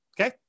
Okay